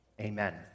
Amen